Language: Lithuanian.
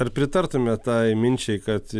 ar pritartumėt tai minčiai kad